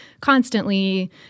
constantly